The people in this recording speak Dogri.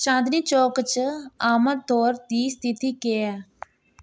चांदनी चौक च आमदोरफ्त दी स्थिति केह् ऐ